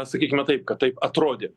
sakykime taip kad taip atrodė